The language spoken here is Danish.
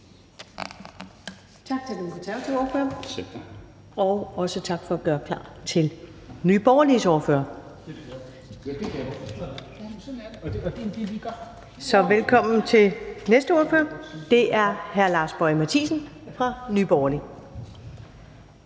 klar til Nye Borgerliges ordfører. Velkommen til næste ordfører, som er hr. Lars Boje Mathiesen fra Nye Borgerlige.